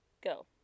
Go